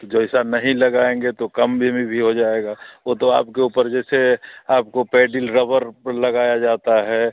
तो जैसा नहीं लगाएंगे तो कम भी में भी हो जाएगा वह तो आपके ऊपर जैसे आपको पैडिल रबर पर लगाया जाता है